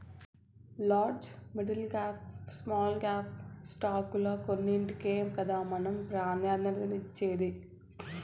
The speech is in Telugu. లాడ్జి, మిడికాప్, స్మాల్ కాప్ స్టాకుల్ల కొన్నింటికే కదా మనం ప్రాధాన్యతనిచ్చేది